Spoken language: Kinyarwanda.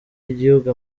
y’igihugu